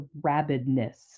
rabidness